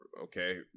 okay